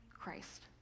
Christ